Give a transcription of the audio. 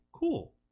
cool